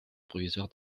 provisoire